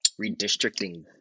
redistricting